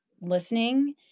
listening